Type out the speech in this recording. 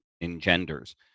engenders